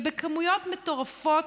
ובכמויות מטורפות,